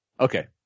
Okay